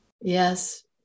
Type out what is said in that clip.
Yes